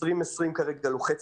איזה תקציב לוחץ